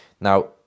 Now